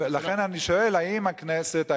לכן אני שואל האם הכנסת,